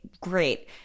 great